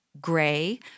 gray